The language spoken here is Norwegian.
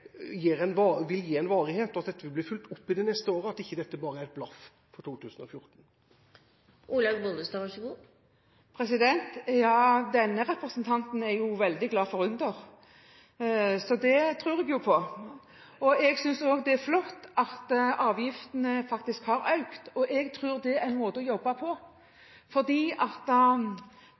vil vare, at dette vil bli fulgt opp i de neste åra og ikke bare er et blaff for 2014. Ja, denne representanten er veldig glad for under, så det tror jeg jo på! Jeg synes også det er flott at avgiftene faktisk har økt. Jeg tror det er en måte å jobbe på,